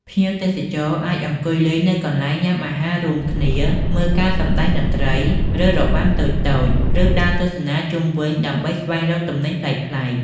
ភ្ញៀវទេសចរអាចអង្គុយលេងនៅកន្លែងញ៉ាំអាហាររួមគ្នា មើលការសម្ដែងតន្ត្រី ឬរបាំតូចៗ ឬដើរទស្សនាជុំវិញដើម្បីស្វែងរកទំនិញប្លែកៗ។